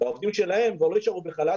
והעובדים שלהם כבר לא יישארו בחל"ת,